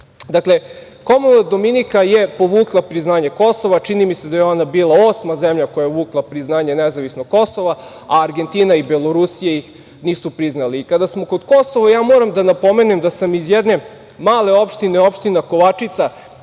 to. Dakle, Komonvelt Dominika je povukla priznanje Kosova. Čini mi se da je ona bila osma zemlja koja je povukla priznanje nezavisnog Kosova, a Argentina i Belorusija ih nisu priznali. Kad smo kod Kosova, moram da napomenem da sam iz jedne male opštine, a to je opština Kovačica